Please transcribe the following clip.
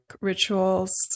rituals